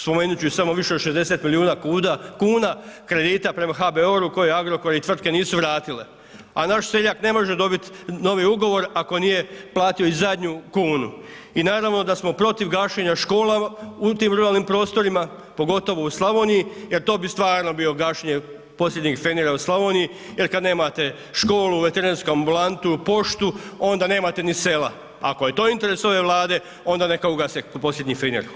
Spomenut ću samo više od 60 milijuna kuna kredita prema HBOR-u koje Agrokor i tvrtke nisu vratile, a naš seljak ne može dobit novi ugovor ako nije platio i zadnju kunu i naravno da smo protiv gašenja škola u tim ruralnim prostorima, pogotovo u Slavoniji jer to bi stvarno bio gašenje posljednjih fenjera u Slavoniji jer kad nemate školu, veterinarsku ambulantu, poštu, onda nemate ni sela, ako je to interes ove Vlade, onda neka ugase posljednji fenjer.